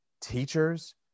teachers